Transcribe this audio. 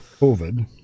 COVID